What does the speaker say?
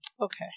Okay